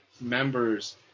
members